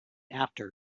after